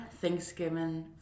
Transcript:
Thanksgiving